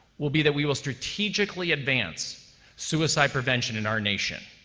will be that we will strategically advance suicide prevention in our nation.